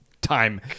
time